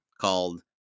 called